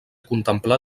contemplar